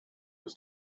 was